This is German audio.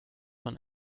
man